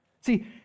See